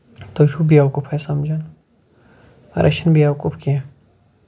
تُہۍ چھِو بیوقوٗف اَسہِ سَمجھان مَگر أسۍ چھِنہٕ بیوقوٗف کیٚنٛہہ